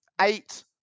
eight